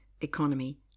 economy